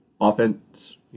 offense